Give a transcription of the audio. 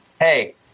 hey